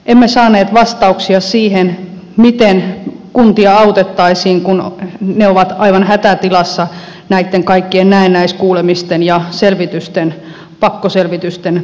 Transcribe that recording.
emme saaneet vastauksia siihen miten kuntia autettaisiin kun ne ovat aivan hätätilassa näitten kaikkien näennäiskuulemisten ja selvitysten pakkoselvitysten kanssa